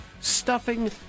stuffing